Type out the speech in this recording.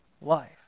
life